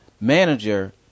manager